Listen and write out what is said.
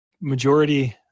majority